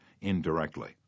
indirectly